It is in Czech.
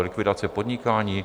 Likvidace podnikání?